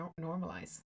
normalize